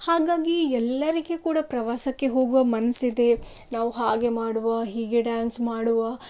ಹಾಗಾಗಿ ಎಲ್ಲರಿಗೆ ಕೂಡ ಪ್ರವಾಸಕ್ಕೆ ಹೋಗುವ ಮನಸ್ಸಿದೆ ನಾವು ಹಾಗೆ ಮಾಡುವ ಹೀಗೆ ಡ್ಯಾನ್ಸ್ ಮಾಡುವ